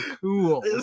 cool